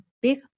big